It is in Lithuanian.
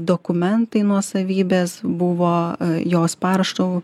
dokumentai nuosavybės buvo jos parašu